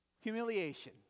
humiliation